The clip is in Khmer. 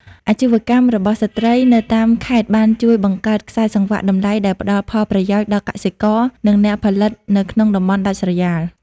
អាជីវកម្មរបស់ស្ត្រីនៅតាមខេត្តបានជួយបង្កើតខ្សែសង្វាក់តម្លៃដែលផ្ដល់ផលប្រយោជន៍ដល់កសិករ និងអ្នកផលិតនៅក្នុងតំបន់ដាច់ស្រយាល។